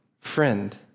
friend